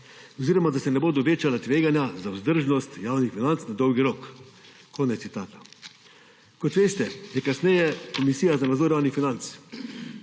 oziroma da se ne bodo večala tveganja za vzdržnost javnih financ na dolgi rok.« Kot veste, je kasneje Komisija za nadzor javnih financ